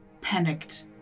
panicked